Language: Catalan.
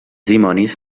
dimonis